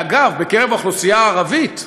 ואגב, בקרב האוכלוסייה הערבית,